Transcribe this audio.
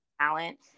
talent